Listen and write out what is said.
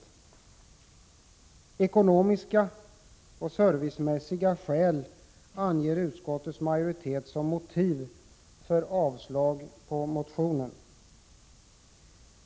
Utskottets majoritet anger ekonomiska och servicemässiga skäl som motiv för sin avstyrkan av motionen.